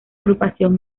agrupación